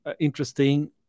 interesting